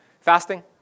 Fasting